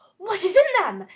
what is in them?